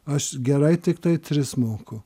aš gerai tiktai tris moku